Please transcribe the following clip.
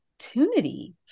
opportunity